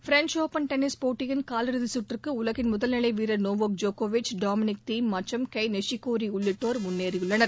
French Open tennis போட்டியின் காலிறதிச் சுற்றுக்கு உலகின் முதல்நிலை வீரர் நோவக் ஜோக்கோவிச் டாமினிக் தீம் மற்றும் கெய் நிஷிக்கோரி உள்ளிட்டோர் முன்னேறியுள்ளனர்